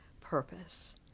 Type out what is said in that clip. purpose